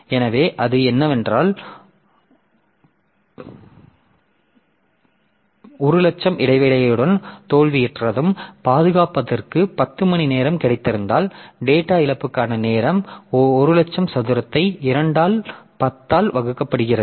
எனவே அது என்னவென்றால் 100000 இடைவேளையுடன் தோல்வியுற்றதும் பழுதுபார்ப்பதற்கு 10 மணிநேரமும் கிடைத்திருந்தால் டேட்டா இழப்புக்கான நேரம் 100000 சதுரத்தை 2 ஆல் 10 ஆல் வகுக்கப்படுகிறது